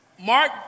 Mark